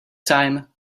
time